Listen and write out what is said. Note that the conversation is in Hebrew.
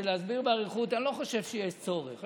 אני לא חושב שיש צורך.